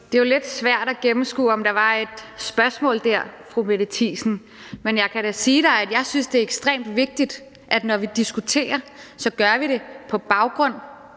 Det er jo lidt svært at gennemskue, om der dér var et spørgsmål, fru Mette Thiesen, men jeg kan da sige dig, at jeg synes, det er ekstremt vigtigt, at vi, når vi diskuterer, gør det på baggrund